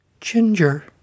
Ginger